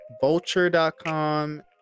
vulture.com